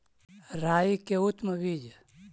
राई के उतम बिज?